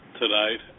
tonight